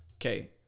Okay